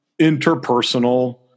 interpersonal